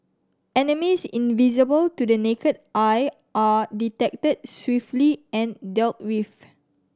enemies invisible to the naked eye are detected swiftly and dealt with